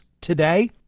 today